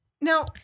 Now